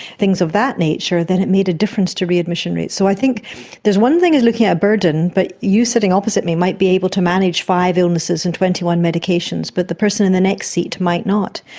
things of that nature, then it made a difference to readmission rates. so i think it's one thing looking at burden, but you sitting opposite me might be able to manage five illnesses and twenty one medications, but the person in the next seat might not.